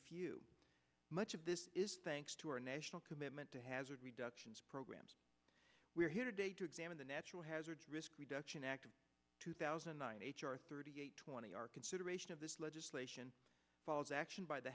few much of this is thanks to our national commitment to hazard reduction programs we are here today to examine the natural hazard reduction act of two thousand nine hundred thirty eight twenty our consideration of this legislation was action by the